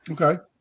Okay